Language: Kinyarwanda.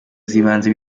z’ibanze